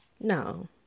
No